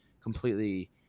completely